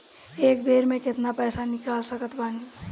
एक बेर मे केतना पैसा निकाल सकत बानी?